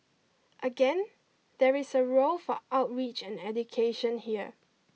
again there is a role for outreach and education here